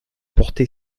porter